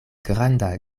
granda